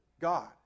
God